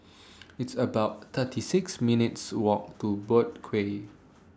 It's about thirty six minutes' Walk to Boat Quay